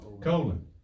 Colon